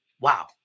wow